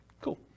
Cool